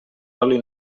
oli